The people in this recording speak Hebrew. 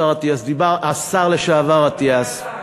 השר לשעבר אטיאס.